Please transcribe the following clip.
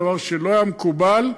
דבר שלא היה מקובל.